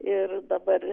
ir dabar